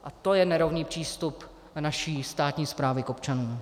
A to je nerovný přístup naší státní správy k občanům.